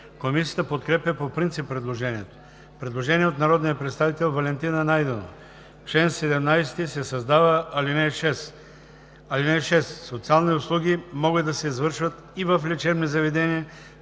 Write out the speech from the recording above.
Комисията подкрепя по принцип предложението. Има предложение от народния представител Валентина Найденова: „В чл. l7 се създава ал. 6: „(6) Социални услуги могат да се извършват и в лечебни заведения